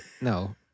no